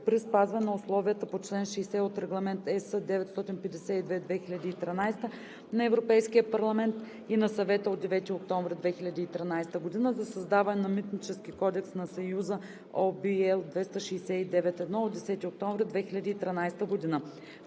при спазване на условията по член 60 от Регламент (ЕС) № 952/2013 на Европейския парламент и на Съвета от 9 октомври 2013 г. за създаване на Митнически кодекс на Съюза (ОВ L 269/1 от 10 октомври 2013